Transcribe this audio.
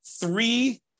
three